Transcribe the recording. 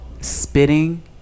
spitting